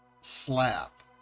slap